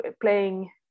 playing